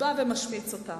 לצמצם את זה.